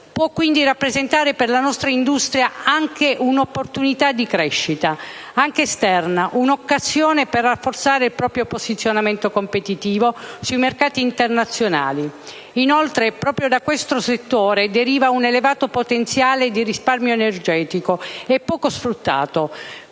quindi rappresentare per la nostra industria un'opportunità di crescita, anche esterna, un'occasione per rafforzare il proprio posizionamento competitivo sui mercati internazionali. Inoltre, proprio da questo settore deriva un elevato potenziale di risparmio energetico poco sfruttato.